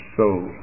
soul